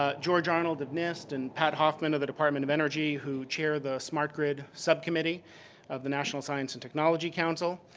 ah george arnold of nist and pat hoffman of the department of energy who chaired the smart grid subcommittee of the national science and technology council.